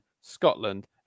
Scotland